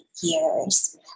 years